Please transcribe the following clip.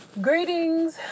Greetings